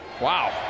Wow